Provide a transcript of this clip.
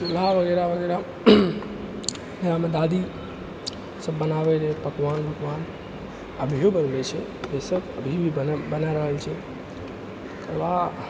चुल्हा वगैरह वगैरह एकरामे दादी सभ बनाबै रहै पकवान उकवान अभियो बनबै छै ई सभ अभी भी बन बनै रहल छै तकर बाद